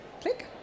Click